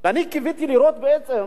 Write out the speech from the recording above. ואני קיוויתי לראות בעצם,